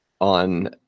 on